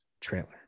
trailer